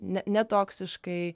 ne ne toksiškai